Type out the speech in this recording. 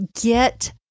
Get